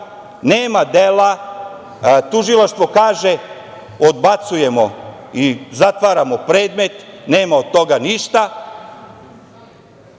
nema dela, tužilaštvo kaže – odbacujemo i zatvaramo predmet, nema od toga ništa.